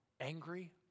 angry